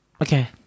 okay